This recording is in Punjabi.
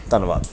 ਧੰਨਵਾਦ